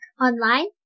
online